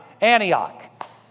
Antioch